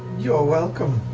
you're welcome.